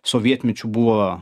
sovietmečiu buvo